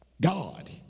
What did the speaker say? God